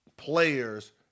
players